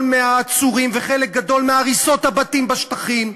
מהעצורים וחלק גדול מהריסות הבתים בשטחים,